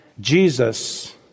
Jesus